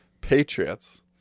Patriots